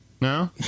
No